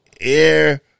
Air